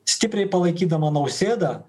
stipriai palaikydama nausėdą